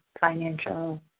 financial